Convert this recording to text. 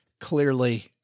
clearly